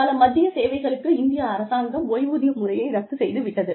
பல மத்திய சேவைகளுக்கு இந்திய அரசாங்கம் ஓய்வூதிய முறையை ரத்து செய்து விட்டது